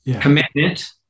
Commitment